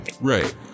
Right